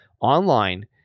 online